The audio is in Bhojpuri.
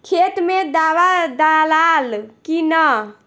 खेत मे दावा दालाल कि न?